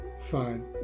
Fine